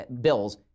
bills